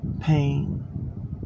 pain